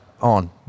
On